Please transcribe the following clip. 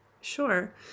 Sure